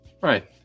right